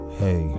hey